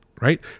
Right